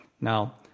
Now